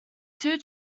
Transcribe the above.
two